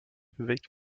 bewegt